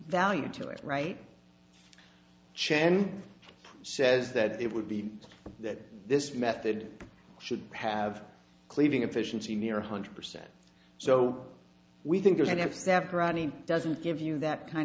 value to it right chan says that it would be that this method should have cleaving efficiency near hundred percent so we think of any of several doesn't give you that kind